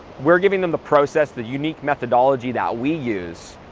we're giving them the process, the unique methodology that we use,